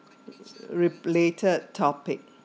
replaited topic